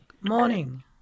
Morning